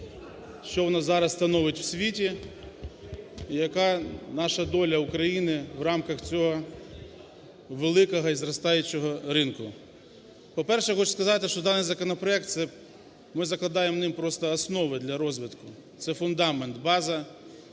що воно зараз становить в світі, яка наша доля України в рамках цього великого і зростаючого ринку. По-перше, хочу сказати, що даний законопроект, це ми закладаємо ним просто основи для розвитку це фундамент, база,